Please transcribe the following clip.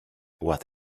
what